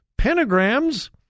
pentagrams